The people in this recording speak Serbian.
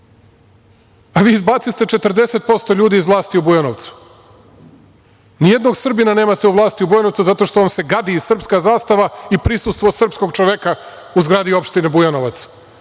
Vi izbaciste 40% ljudi iz vlasti u Bujanovcu, nijednog Srbina nemate u vlasti u Bujanovcu, jer vam se gadi i srpska zastava i prisustvo srpskog čoveka u zgradi opštine Bujanovac.